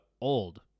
old